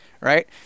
right